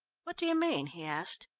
what do you mean? he asked.